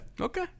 Okay